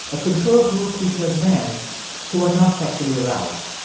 a control group featured men who were not sexually aroused.